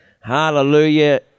Hallelujah